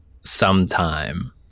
sometime